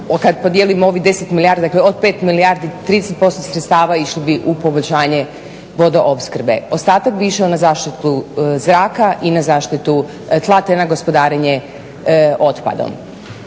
kad podijelimo ovih 10 milijardi, dakle od 5 milijardi 30% sredstava išlo bi u poboljšanje vodoopskrbe. Ostatak bi išao na zaštitu zraka i na zaštitu tla te na gospodarenje otpadom.